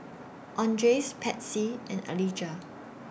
Andres Patsy and Alijah